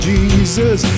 Jesus